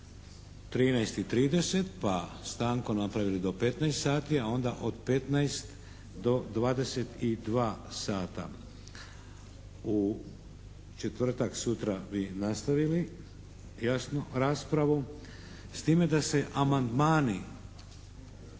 13 i 30 pa stanku napravili do 15 sati a onda od 15 do 22 sata. U četvrtak, sutra, bi nastavili jasno raspravu, s time da se amandmani